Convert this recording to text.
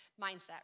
mindset